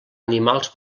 animals